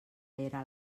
era